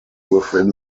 within